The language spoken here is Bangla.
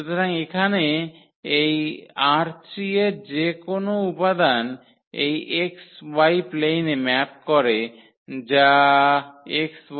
সুতরাং এখানে এই ℝ3 এর যে কোনও উপাদান এই xy প্লেইনে plain ম্যাপ করে যা xy0